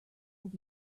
will